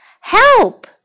help